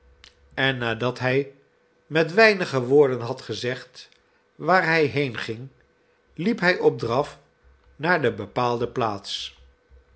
en nadat hij met weinige woorden had gezegd waar hij heen ging liep hij op een draf naar de bepaalde plaats